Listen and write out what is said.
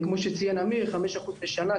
כמו שציין אמיר כ-5% בשנה,